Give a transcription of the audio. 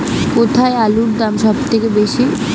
কোথায় আলুর দাম সবথেকে বেশি?